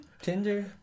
Tinder